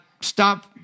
Stop –